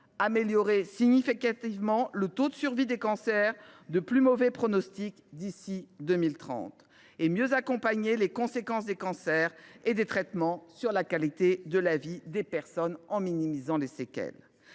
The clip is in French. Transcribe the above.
améliorer significativement le taux de survie des cancers de plus mauvais pronostic d’ici à 2030 ; mieux accompagner les conséquences des cancers et des traitements sur la qualité de vie des personnes en minimisant les séquelles.